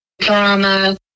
drama